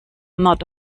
not